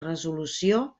resolució